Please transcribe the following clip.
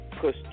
push